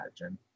imagine